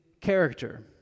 character